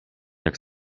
jak